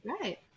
Right